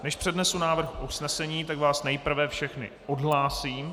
Než přednesu návrh usnesení, tak vás nejprve všechny odhlásím.